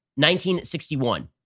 1961